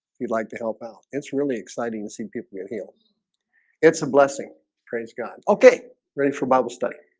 you'd like to help out it's really exciting to see people get healed it's a blessing praise god. okay ready for bible study